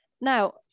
Now